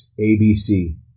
ABC